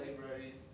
libraries